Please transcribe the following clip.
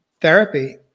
therapy